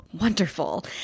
wonderful